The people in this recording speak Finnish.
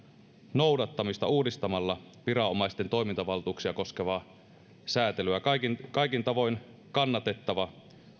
noudattamista uudistamalla viranomaisten toimintavaltuuksia koskevaa säätelyä tämä lakiesitys on kaikin tavoin kannatettava